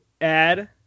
add